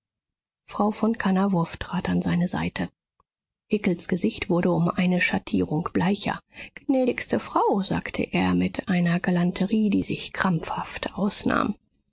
frau von kannawurf trat an seine seite hickels gesicht wurde um eine schattierung bleicher gnädigste frau sagte er mit einer galanterie die sich krampfhaft ausnahm